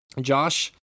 Josh